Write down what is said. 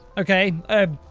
ok ah.